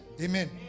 Amen